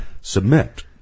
Submit